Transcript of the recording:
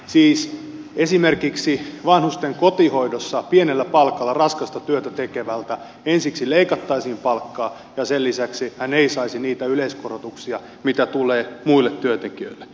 siis esimerkiksi vanhusten kotihoidossa pienellä palkalla raskasta työtä tekevältä ensiksi leikattaisiin palkkaa ja sen lisäksi hän ei saisi niitä yleiskorotuksia mitkä tulevat muille työntekijöille